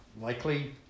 likely